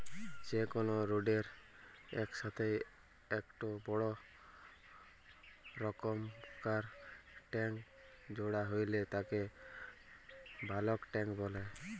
যে কোনো রোডের এর সাথেই একটো বড় রকমকার ট্যাংক জোড়া হইলে তাকে বালক ট্যাঁক বলে